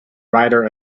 rider